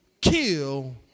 kill